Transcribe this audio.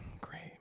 great